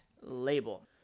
label